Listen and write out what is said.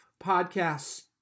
podcasts